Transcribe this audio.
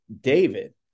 David